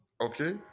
Okay